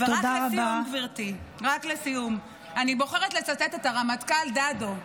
ורק לסיום, גברתי, אני בוחרת לצטט את הרמטכ"ל דדו,